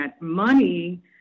money